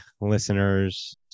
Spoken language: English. listeners